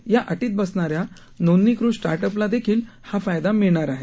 या अटीत बसणाऱ्या नोंदणीकृत स्टार्टअपला देखील हा फायदा मिळणार आहे